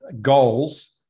goals